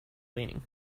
leaning